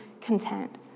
content